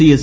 C S